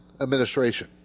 administration